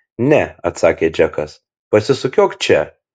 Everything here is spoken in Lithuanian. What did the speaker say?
ne atsakė džekas pasisukiok čia